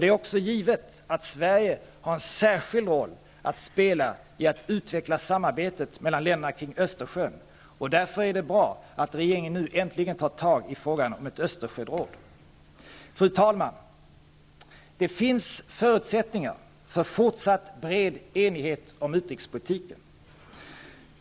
Det är också givet att Sverige har en särskild roll att spela i att utveckla samarbetet mellan länderna kring Östersjön. Därför är det bra att regeringen nu äntligen tar tag i frågan om ett Östersjöråd. Fru talman! Det finns förutsättningar för fortsatt bred enighet om utrikespolitiken.